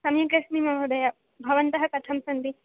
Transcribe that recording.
सम्यकस्मि महोदय भवन्तः कथं सन्ति